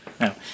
No